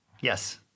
Yes